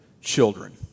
children